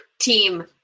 Team